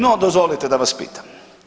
No, dozvolite da vas pitam.